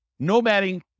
nomading